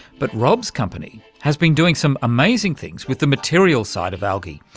but rob's company has been doing some amazing things with the material side of algae,